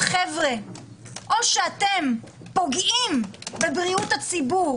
או אתם פוגעים בבריאות הציבור